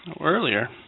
Earlier